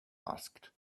asked